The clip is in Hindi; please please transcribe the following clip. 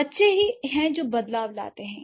बच्चे ही हैं जो बदलाव लाते हैं